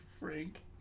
Frank